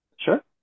Sure